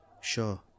sure